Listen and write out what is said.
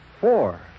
Four